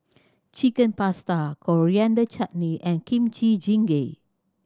Chicken Pasta Coriander Chutney and Kimchi Jjigae